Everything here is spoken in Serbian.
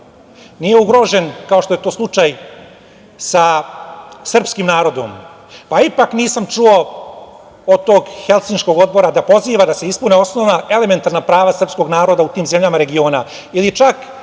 nije ugrožen kao što je to slučaj sa srpskim narodom, pa, ipak nisam čuo od tog Helsinškog odbora da poziva da se ispune osnovna elementarna prava srpskog naroda u tim zemljama regiona,